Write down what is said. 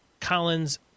Collins